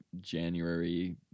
january